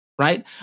right